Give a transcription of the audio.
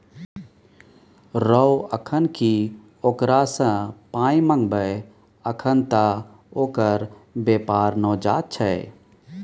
रौ अखन की ओकरा सँ पाय मंगबै अखन त ओकर बेपार नवजात छै